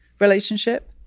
relationship